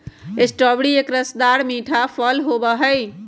strawberry एक रसदार मीठा फल होबा हई